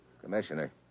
Commissioner